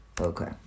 Okay